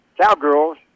Cowgirls